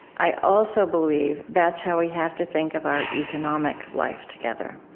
i also believe that's how we have to think of our economic life together.